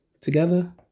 together